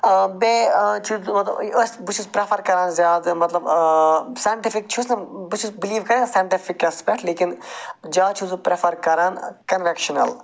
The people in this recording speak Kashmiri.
بیٚیہِ چھِ بہٕ چھُس پرٛٮ۪فَر کران زیادٕ مَطلَب سایِنٹِفِک چھُس نہٕ بہٕ چھُس بٕلیٖو کران سایِنٹِفِکَس پٮ۪ٹھ لیکِن زیادٕ چھُس بہٕ پرٛٮ۪فَر کَران کَنوٮ۪کشٕنَل